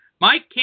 Mike